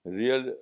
real